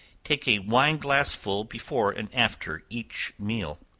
take a wine-glassful before and after each meal.